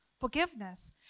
forgiveness